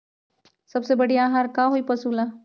सबसे बढ़िया आहार का होई पशु ला?